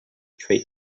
trade